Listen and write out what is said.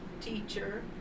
teacher